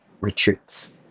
retreats